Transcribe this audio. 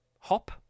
Hop